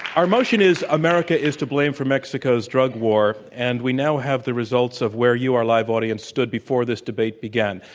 our motion is, america is to blame for mexico's drug war, and we now have the results of where you our live audience stood before this debate began.